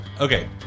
Okay